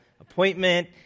appointment